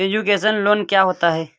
Education loan क्या होता है?